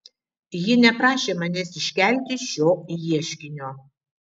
ji neprašė manęs iškelti šio ieškinio